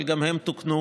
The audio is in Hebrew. אבל גם הן תוקנו,